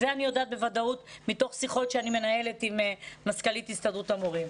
זה אני יודעת בוודאות מתוך שיחות שאני מנהלת עם מזכ"לית הסתדרות המורים.